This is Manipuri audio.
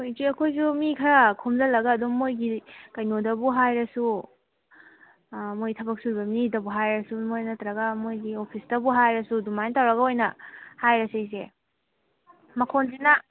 ꯍꯣꯏ ꯏꯆꯦ ꯑꯩꯈꯣꯏꯁꯨ ꯃꯤ ꯈꯔ ꯈꯣꯝꯖꯜꯂꯒ ꯑꯗꯨꯝ ꯃꯈꯣꯏꯒꯤ ꯀꯩꯅꯣꯗꯕꯨ ꯍꯥꯏꯔꯁꯨ ꯃꯈꯣꯏ ꯊꯕꯛ ꯁꯨꯕ ꯃꯤꯗꯕꯨ ꯍꯥꯏꯔꯁꯨ ꯃꯈꯣꯏ ꯅꯠꯇ꯭ꯔꯒ ꯃꯈꯣꯏꯒꯤ ꯑꯣꯐꯤꯁꯇꯕꯨ ꯍꯥꯏꯔꯁꯨ ꯑꯗꯨꯃꯥꯏꯅ ꯇꯧꯔꯒ ꯑꯣꯏꯅ ꯍꯥꯏꯔꯁꯤ ꯏꯆꯦ ꯃꯈꯣꯟꯁꯤꯅ